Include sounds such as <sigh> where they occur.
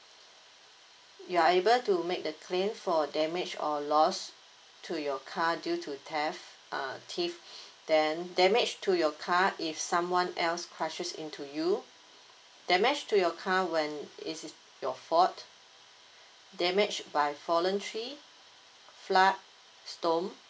you're able to make the claim for damage or loss to your car due to theft uh thief <breath> then damage to your car if someone else crushes into you damage to your car when it's your fault damage by fallen tree flood storm